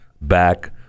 back